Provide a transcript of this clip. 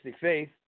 faith